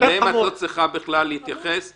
אליהם את לא צריכה בכלל להתייחס ושוב,